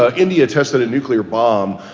ah india tested a nuclear bomb.